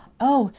oh,